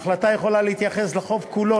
ההחלטה יכולה להתייחס לחוב כולו,